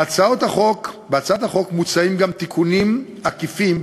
בהצעת החוק מוצעים גם תיקונים עקיפים,